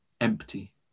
empty